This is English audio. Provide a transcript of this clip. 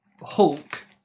Hulk